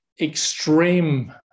extreme